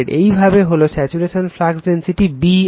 এইভাবে হল saturation flux density B r